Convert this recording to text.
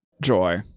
joy